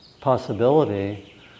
possibility